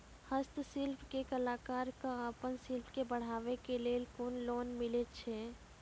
हस्तशिल्प के कलाकार कऽ आपन शिल्प के बढ़ावे के लेल कुन लोन मिलै छै?